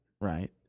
Right